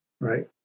Right